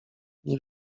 nie